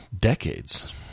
decades